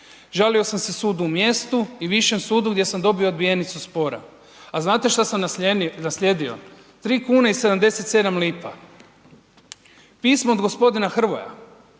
žalio sam se sudu u mjestu i višem sudu gdje sam dobio odbijenicu spora. A znate što sam naslijedio? 3,77 kn. Pismo od g. Hrvoja,